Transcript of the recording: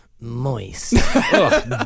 Moist